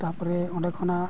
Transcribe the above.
ᱛᱟᱯᱚᱨᱮ ᱚᱸᱰᱮ ᱠᱷᱚᱱᱟᱜ